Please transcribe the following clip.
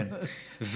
כן.